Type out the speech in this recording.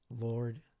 Lord